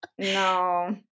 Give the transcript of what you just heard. no